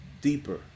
deeper